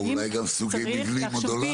או אולי גם סוגי מבנים מודולריים.